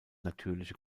natürliche